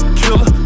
killer